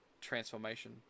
transformation